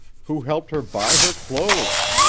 who helped her buy her clothes,